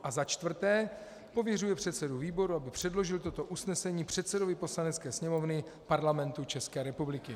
IV. pověřuje předsedu výboru, aby předložil toto usnesení předsedovi Poslanecké sněmovny Parlamentu České republiky.